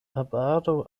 arbaro